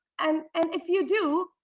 and and if you do,